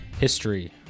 history